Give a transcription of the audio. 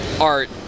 art